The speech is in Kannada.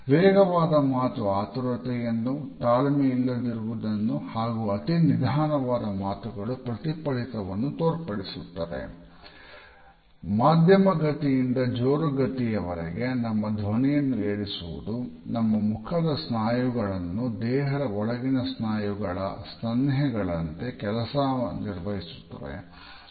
ವೇಗವಾದ ಮಾತು ಆತುರತೆಯನ್ನು ತಾಳ್ಮೆ ಇಲ್ಲದಿರುವುದನ್ನು ಹಾಗು ಅತಿ ನಿಧಾನವಾದ ಮಾತುಗಳು ಪ್ರತಿಫಲಿತವನ್ನು ತೋರ್ಪಡಿಸುತ್ತದೆ ಮಾಧ್ಯಮ ಗತಿಯಿಂದ ಜೋರು ಗತಿ ವರೆಗೆ ನಮ್ಮ ಧ್ವನಿಯನ್ನು ಏರಿಸುವುದು ನಮ್ಮ ಮುಖದ ಸ್ನಾಯುಗಳನ್ನು ದೇಹದ ಒಳಗಿನ ಸ್ನಾಯುಗಳ ಸಹ್ನೆಗಳಂತೆ ಕೆಲಸ ನಿರ್ವಹಿಸುತ್ತವೆ